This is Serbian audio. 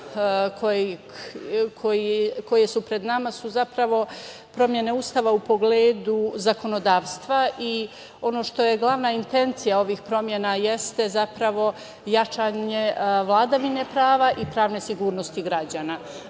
koje su pred nama su zapravo promene Ustava u pogledu zakonodavstva i ono što je glavna intencija ovih promena jeste zapravo jačanje vladavine prava i pravne sigurnosti građana.